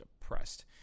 depressed